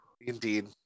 indeed